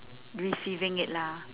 receiving it lah